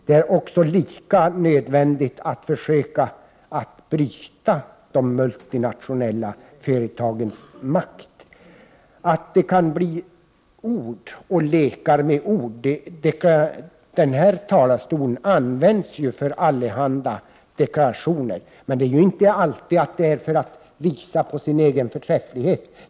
Det är också nödvändigt att försöka bryta de multinationella företagens makt. Denna talarstol används ju för allehanda deklarationer, men det är inte alltid för att visa på den egna förträffligheten.